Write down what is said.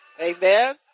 Amen